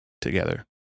together